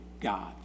god